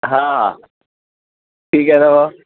हा ठीक आहे ना मग